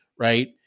Right